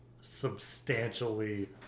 substantially